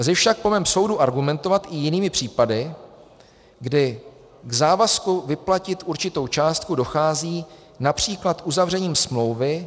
Lze však po mém soudu argumentovat i jinými případy, kdy k závazku vyplatit určitou částku dochází například uzavřením smlouvy.